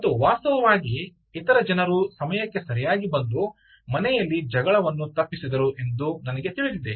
ಮತ್ತು ವಾಸ್ತವವಾಗಿ ಇತರ ಜನರು ಸಮಯಕ್ಕೆ ಸರಿಯಾಗಿ ಮನೆಗೆ ಬಂದು ಮನೆಯಲ್ಲಿ ಜಗಳವನ್ನು ತಪ್ಪಿಸಿದರು ಎಂದು ನನಗೆ ತಿಳಿದಿದೆ